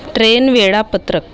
train वेळापत्रक